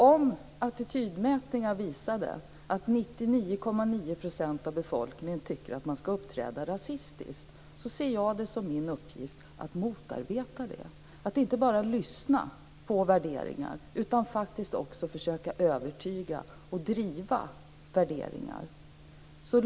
Om attitydmätningar visade att 99,9 % av befolkningen tycker att man ska uppträda rasistiskt ser jag det som min uppgift att motarbeta det, att inte bara lyssna på värderingar utan faktiskt också försöka övertyga och driva värderingar.